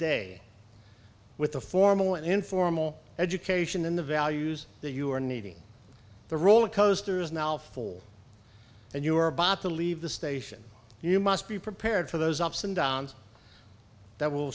day with the formal and informal education and the values that you are needing the roller coaster is now full and you are bop to leave the station you must be prepared for those ups and downs that will